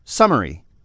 Summary